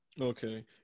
Okay